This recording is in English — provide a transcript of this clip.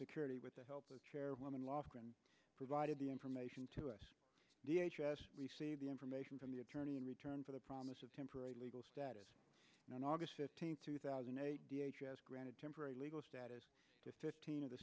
security with the help of chairwoman lofgren provided the information to us the h s received the information from the attorney in return for the promise of temporary legal status on august fifteenth two thousand and d h has granted temporary legal status to fifteen o